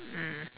mm